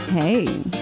Hey